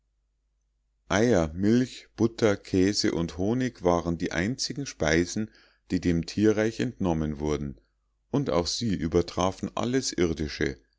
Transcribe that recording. eier milch butter käse und honig waren die einzigen speisen die dem tierreich entnommen wurden und auch sie übertrafen alles irdische